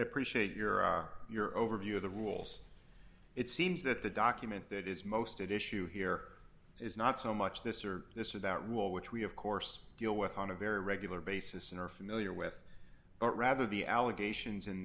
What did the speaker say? appreciate your are your overview of the rules it seems that the document that is most at issue here is not so much this or this or that rule which we of course deal with on a very regular basis and are familiar with but rather the allegations in